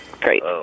Great